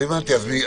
הבנתי.